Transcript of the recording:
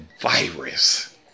virus